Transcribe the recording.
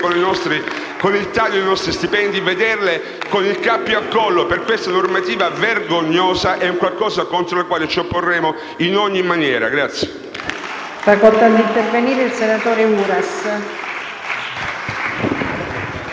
con il taglio dei nostri stipendi, e vederle con il cappio al collo per questa normativa vergognosa è qualcosa contro la quale ci opporremo in ogni maniera.